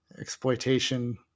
exploitation